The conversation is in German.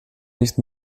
nicht